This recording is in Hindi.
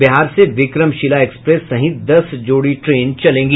बिहार से विक्रमशिला एक्सप्रेस सहित दस जोड़ी ट्रेन चलेंगी